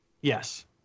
Yes